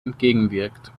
entgegenwirkt